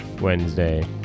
Wednesday